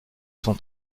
son